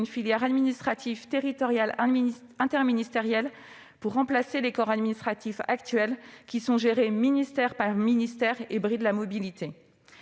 filière administrative territoriale interministérielle, en remplacement des corps administratifs actuels qui, gérés ministère par ministère, brident la mobilité.